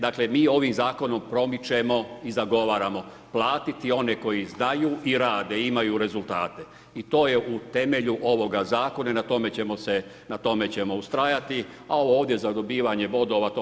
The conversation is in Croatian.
Dakle, mi ovim Zakonom promičemo i zagovaramo platiti one koji znaju i rade i imaju rezultate i to je u temelju ovoga Zakona i na tome ćemo se, na tome ćemo ustrajati, a ovo ovdje za dobivanje bodova, to